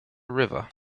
river